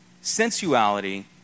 sensuality